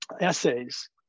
essays